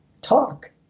talk